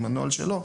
עם הנוהל שלו,